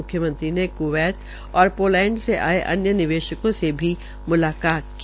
मुख्यमंत्री ने कृवैत और पोलैंड से आये अन्य निवेशकों से भी मुलाकात की